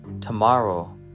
Tomorrow